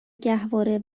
گهواره